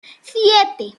siete